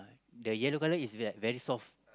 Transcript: the yellow colour is like very soft